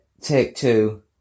Take-Two